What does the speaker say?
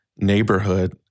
neighborhood